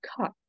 cut